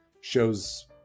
shows